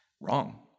wrong